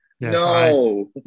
No